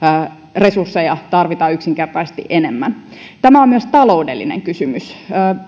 resursseja tarvitaan yksinkertaisesti enemmän tämä on myös taloudellinen kysymys